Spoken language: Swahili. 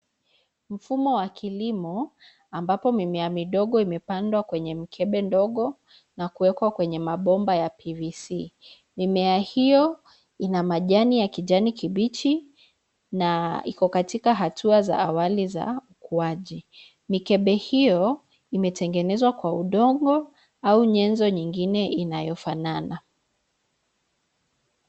Mfumo wa kilimo, ambapo mimea midogo imepandwa kwenye mkebe ndogo, na kuwekwa kwenye mabomba ya PVC. Mimea hiyo, ina majani ya kijani kibichi na iko katika hatua za awali za ukuaji. Mikebe hiyo imetengenezwa kwa udongo, au nyenzo nyingine inayofanana.